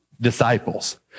disciples